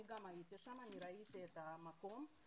גם הייתי שם, ראיתי את המקום.